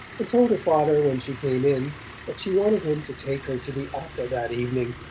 and told her father when she came in that she wanted him to take her to the opera that evening.